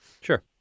Sure